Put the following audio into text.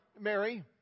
Mary